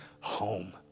home